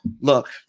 look